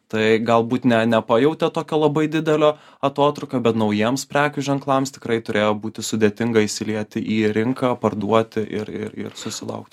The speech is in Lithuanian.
tai galbūt ne nepajautė tokio labai didelio atotrūkio bet naujiems prekių ženklams tikrai turėjo būti sudėtinga įsilieti į rinką parduoti ir ir ir susilaukti